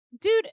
dude